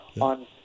on